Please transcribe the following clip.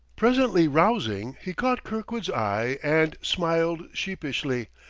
presently rousing, he caught kirkwood's eye and smiled sheepishly,